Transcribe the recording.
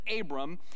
Abram